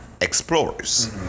explorers